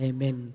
Amen